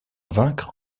vaincre